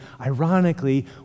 ironically